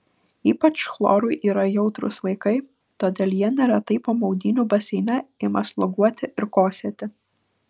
ypač chlorui yra jautrūs vaikai todėl jie neretai po maudynių baseine ima sloguoti ir kosėti